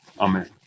Amen